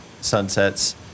sunsets